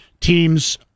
teams